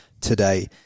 today